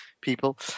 people